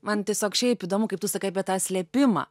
man tiesiog šiaip įdomu kaip tu sakai apie tą slėpimą